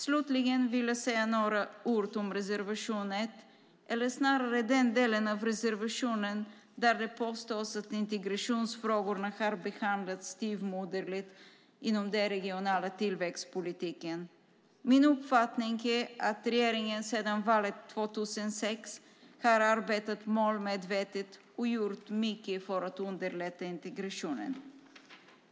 Slutligen vill jag säga några ord om reservation 1, eller snarare den del av reservationen där det påstås att integrationsfrågorna har behandlats styvmoderligt inom den regionala tillväxtpolitiken. Min uppfattning är att regeringen sedan valet 2006 har arbetat målmedvetet och gjort mycket för att underlätta integrationen.